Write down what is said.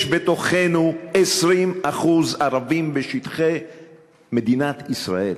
יש בתוכנו 20% ערבים בשטחי מדינת ישראל.